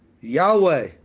Yahweh